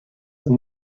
than